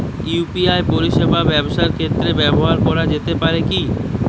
UPI পরিষেবা ব্যবসার ক্ষেত্রে ব্যবহার করা যেতে পারে কি?